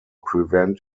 prevent